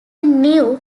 new